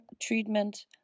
treatment